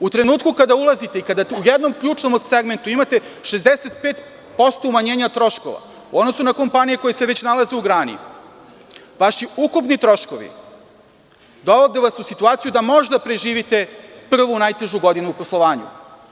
U trenutku kada ulazite i kada u jednom ključnom segmentu imate 65% umanjenja troškova u odnosu na kompanije koje se već nalaze u grani, vaši ukupni troškovi vas dovode u situaciju da možda preživite prvu najtežu godinu u poslovanju.